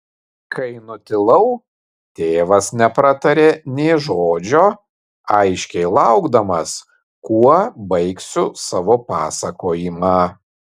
kai nutilau tėvas nepratarė nė žodžio aiškiai laukdamas kuo baigsiu savo pasakojimą